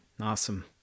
Awesome